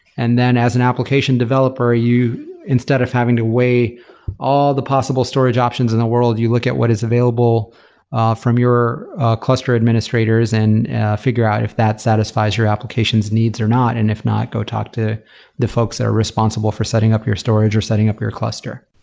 and then as an application developer, instead of having to weigh all the possible storage options in the world, you look at what is available ah from your cluster administrators and figure out if that satisfies your application's needs or not. and if not, go talk to the folks that are responsible for setting up your storage or setting up your cluster.